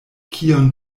kion